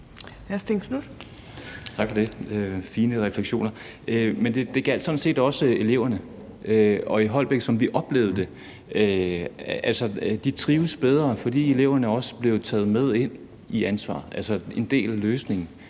Tak for de fine refleksioner. Men det gjaldt sådan set også eleverne i Holbæk, sådan som vi oplevede dem. Eleverne der trives bedre, fordi de også bliver taget med ind i ansvaret, altså som en del af løsningen,